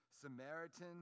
Samaritan